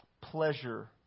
pleasure